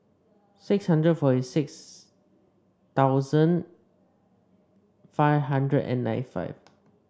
six hundred forty six thousand five hundred and ninety five